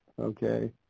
Okay